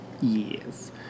Yes